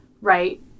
right